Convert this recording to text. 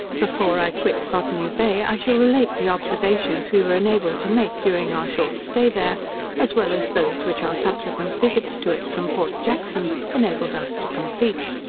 before i quit botany bay, i shall relate the observations we were enabled to make during our short stay there as well as those which our subsequent visits to it from port jackson enabled us to complete.